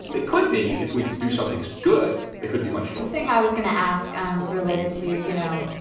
but could be if we do something so good. it could be much one thing i was gonna ask um related to, you know,